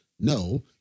no